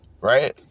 Right